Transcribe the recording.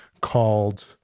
called